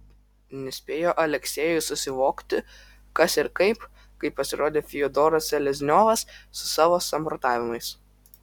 nespėjo aleksejus susivokti kas ir kaip kai pasirodė fiodoras selezniovas su savo samprotavimais